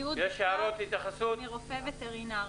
תיעוד בכתב מרופא וטרינר.